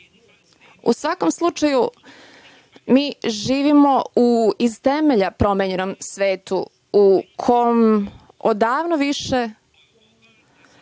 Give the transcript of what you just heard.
svakom slučaju, mi živimo u iz temelja promenjenom svetu, u kom odavno više